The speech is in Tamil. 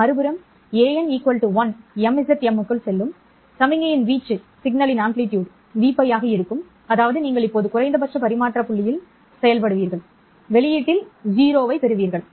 மறுபுறம் an 1 MZM க்குள் செல்லும் சமிக்ஞையின் வீச்சு Vπ ஆக இருக்கும் அதாவது நீங்கள் இப்போது குறைந்தபட்ச பரிமாற்ற புள்ளியில் செயல்படுவீர்கள் வெளியீட்டில் 0 பெறுவீர்கள்